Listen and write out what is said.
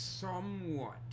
somewhat